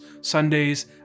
Sundays